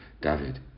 David